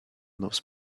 those